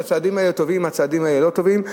אם הצעדים האלה טובים או הצעדים האלה לא טובים.